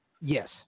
Yes